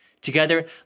Together